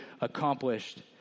accomplished